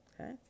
Okay